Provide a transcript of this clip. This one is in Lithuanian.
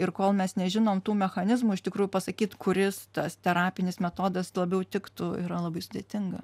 ir kol mes nežinom tų mechanizmų iš tikrųjų pasakyt kuris tas terapinis metodas labiau tiktų yra labai sudėtinga